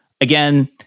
Again